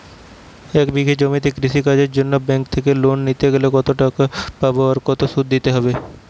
এক বিঘে জমিতে কৃষি কাজের জন্য ব্যাঙ্কের থেকে লোন নিলে কত টাকা পাবো ও কত শুধু দিতে হবে?